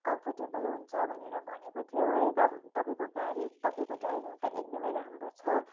comfortable हुन्छ भनेर भनेको थियो है त तपाईँको गाडी तपाईँको ड्राइभिङ त एकदमै राम्रो छ